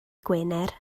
gwener